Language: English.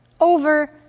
Over